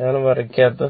ഞാൻ വരയ്ക്കാത്ത